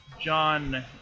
John